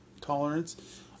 tolerance